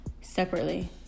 separately